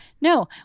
No